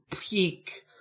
peak